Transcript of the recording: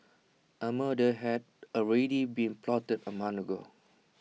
A murder had already been plotted A month ago